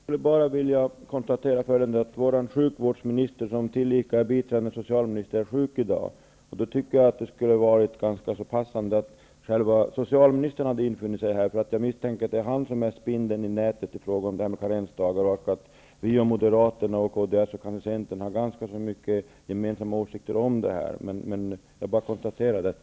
Fru talman! Jag konstaterar att vår sjukvårdsminister, som tillika är biträdande socialminister, är sjuk i dag. Då hade det varit passande att socialministern själv hade infunnit sig här. Jag misstänker att det är han som är spindeln i nätet i fråga om detta med karensdagar. Vi, Centern har nog ganska många gemensamma åsikter om detta. Jag bara konstaterar det.